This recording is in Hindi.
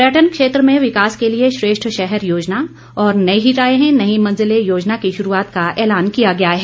पर्यटन क्षेत्र में विकास के लिए श्रेष्ठ शहर योजना और नई राहें नई मंजिलें योजना की शुरूआत का ऐलान किया गया है